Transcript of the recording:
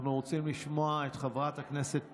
אנחנו רוצים לשמוע את חברת הכנסת פינטו.